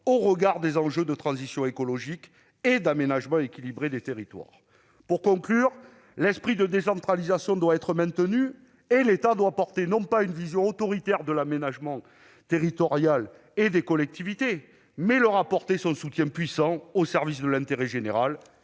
au regard des enjeux de transition écologique et d'aménagement équilibré des territoires. Pour conclure, je dirai que l'esprit de décentralisation doit être maintenu. L'État doit non pas porter une vision autoritaire de l'aménagement territorial et des collectivités, mais apporter à celles-ci son soutien puissant au service de l'intérêt général